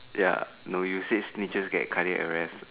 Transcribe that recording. ya no you said snitches get cardiac arrest